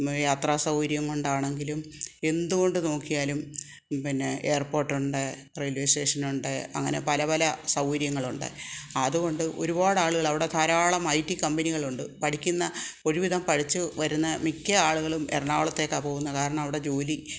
യാത്ര സൗകര്യം കൊണ്ടാണെങ്കിലും എന്തുകൊണ്ട് നോക്കിയാലും പിന്നെ എയർപോർട്ടുണ്ട് റെയിൽവേ സ്റ്റേഷനുണ്ട് അങ്ങനെ പലപല സൗകര്യങ്ങളുണ്ട് അതുകൊണ്ട് ഒരുപാട് ആളുകൾ അവിടെ ധാരാളം ഐ റ്റി കമ്പനികളുണ്ട് പഠിക്കുന്ന ഒരുവിധം പഠിച്ചു വരുന്ന മിക്ക ആളുകളും എറണാകുളത്തേയ്ക്കാണ് പോകുന്നത് കാരണം അവിടെ ജോലി